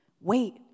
wait